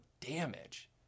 damage